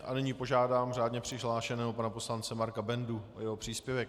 A nyní požádám řádně přihlášeného pana poslance Marka Bendu o jeho příspěvek.